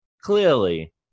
clearly